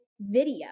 video